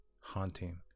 haunting